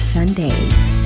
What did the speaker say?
Sundays